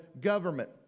government